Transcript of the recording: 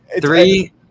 three